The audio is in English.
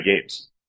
games